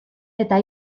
eta